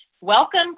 Welcome